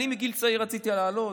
אני מגיל צעיר רציתי לעלות.